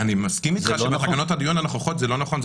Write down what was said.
אני מסכים איתך שבתקנות הדיון הנוכחיות זה לא נכון,